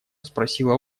спросила